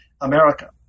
America